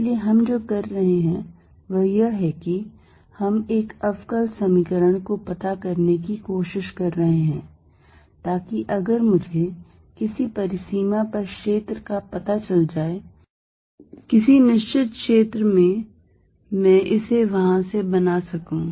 इसलिए हम जो कर रहे हैं वह यह है कि हम एक अवकल समीकरण को पता करने की कोशिश कर रहे हैं ताकि अगर मुझे किसी परिसीमा पर क्षेत्र का पता चल जाए किसी निश्चित क्षेत्र में मैं इसे वहां से बना सकूं